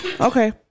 Okay